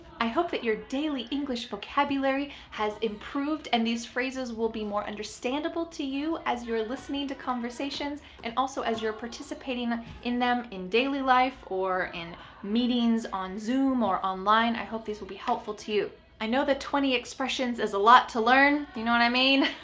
i hope that your daily english vocabulary has improved and these phrases will be more understandable to you as you're listening to conversations. and also as you're participating in them in daily life or in meetings on zoom or online, i hope these will be helpful to you. i know the twenty expressions is a lot to learn. you know what i mean?